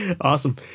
Awesome